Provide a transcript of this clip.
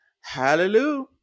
Hallelujah